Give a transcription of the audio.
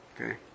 okay